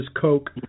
Coke